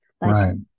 Right